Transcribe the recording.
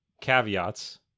caveats